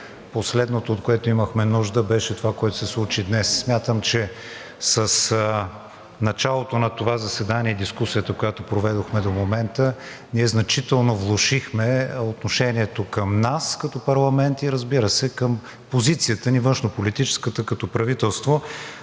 последното, от което имахме нужда, беше това, което се случи днес. Смятам, че с началото на това заседание и дискусията, която проведохме до момента, ние значително влошихме отношението към нас като парламент и разбира се, към външнополитическата ни позиция като правителство.